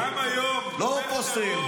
גם היום תומך טרור לא יכול להיות בכנסת.